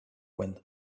went